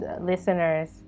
listeners